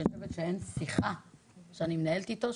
שאני חושבת שאין שיחה שאני מנהלת איתו,